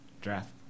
Draft